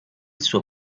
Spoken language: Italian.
suo